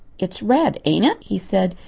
it's red, ain't it? he said.